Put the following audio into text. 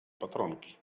patronki